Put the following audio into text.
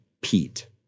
Pete